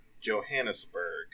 Johannesburg